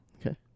Okay